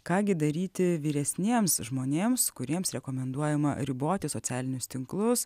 ką gi daryti vyresniems žmonėms kuriems rekomenduojama riboti socialinius tinklus